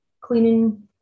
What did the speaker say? cleaning